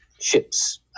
ships